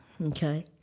okay